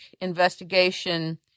investigation